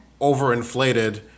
overinflated